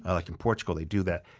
ah like in portugal they do that.